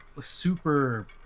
super